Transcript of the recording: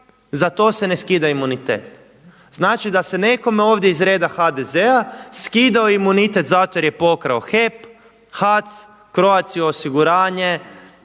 za to se ne skida imunitet. Znači da nekome ovdje iz reda HDZ-a skidao imunitet zato jer je pokrao HEP, HAC, Croatia-u osiguranje,